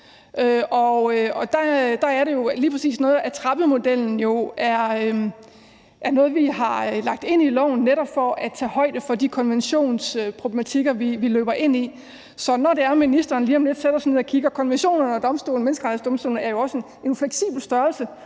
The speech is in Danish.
Og der er det jo, at lige præcis trappemodellen er noget af det, vi har lagt ind i loven netop for at tage højde for de konventionsproblematikker, vi løber ind i. Så i forhold til at ministeren lige om lidt sætter sig ned og kigger på det, vil jeg sige: Konventionerne og dommene fra Menneskerettighedsdomstolen er jo også fleksible størrelser;